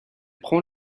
prend